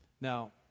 Now